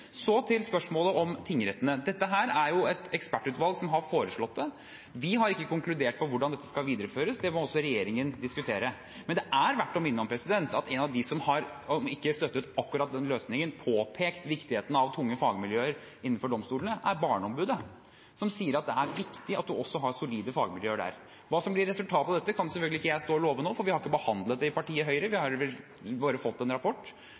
Så til spørsmålet om tingrettene: Det er et ekspertutvalg som har foreslått dette. Vi har ikke konkludert på hvordan det skal videreføres. Det må regjeringen diskutere. Men det er verdt å minne om at en av dem som ikke har støttet akkurat den løsningen, men som har påpekt viktigheten av tunge fagmiljøer innenfor domstolene, er barneombudet, som sier at det er viktig at man har solide fagmiljøer der. Hva som blir resultatet av dette, kan selvfølgelig ikke jeg stå og love nå, for vi har ikke behandlet det i Høyre. Vi har bare fått en rapport.